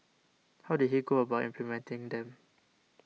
how did he go about implementing them